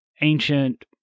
ancient